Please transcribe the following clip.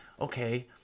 okay